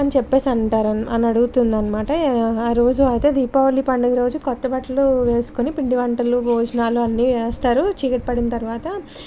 అని చెప్పి అంటారు అని అడుగుతుంది అన్నమాట ఆ రోజు అయితే దీపావళి పండుగ రోజు కొత్త బట్టలు వేసుకొని పిండి వంటలు భోజనాలు అన్నీ వేస్తారు చీకటి పడిన తర్వాత